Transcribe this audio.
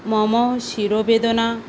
मम शिरोवेदना